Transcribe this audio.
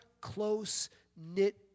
close-knit